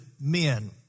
Men